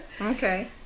Okay